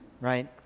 right